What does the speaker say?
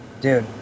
Dude